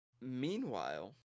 Meanwhile